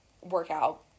workout